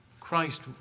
Christ